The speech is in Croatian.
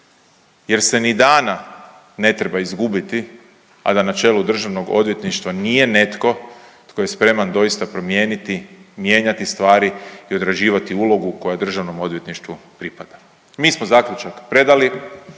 jer se ni dana ne treba izgubiti, a da na čelu DORH-a nije netko tko je spreman doista promijeniti, mijenjati stvari i odrađivati ulogu koja DORH-u pripada. Mi smo zaključak predali,